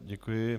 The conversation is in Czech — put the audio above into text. Děkuji.